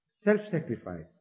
self-sacrifice